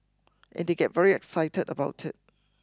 and they get very excited about it